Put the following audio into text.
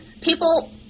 people